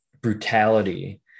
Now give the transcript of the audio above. brutality